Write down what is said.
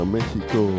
Mexico